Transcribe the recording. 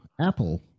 apple